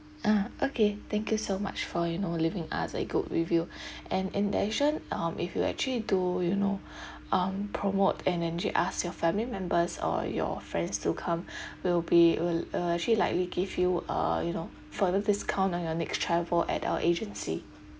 ah okay thank you so much for you know leaving us a good review and in addition um if you actually do you know um promote and actually ask your family members or your friends to come will be will uh actually likely give you uh you know further discount on your next travel at our agency